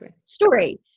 story